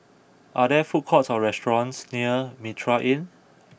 are there food courts or restaurants near Mitraa Inn